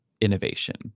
innovation